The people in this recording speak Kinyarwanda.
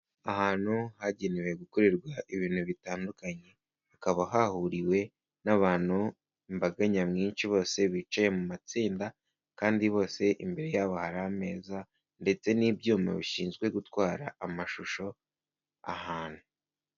Ahantu hagenewe gukorerwa ibintu bitandukanye, hakaba hahuriwe n'abantu imbaga nyamwinshi bose bicaye mu matsinda kandi bose imbere yabo hari ameza ndetse n'ibyuma bishinzwe gutwara amashusho ahantu.